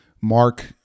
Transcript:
Mark